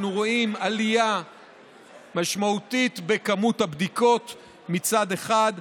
אנחנו רואים עלייה משמעותית במספר הבדיקות מצד אחד,